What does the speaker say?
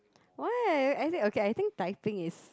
why I think okay I think typing is